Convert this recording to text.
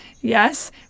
Yes